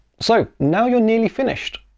so, now you're nearly finished.